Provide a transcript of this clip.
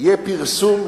יהיה פרסום,